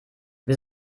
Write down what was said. wir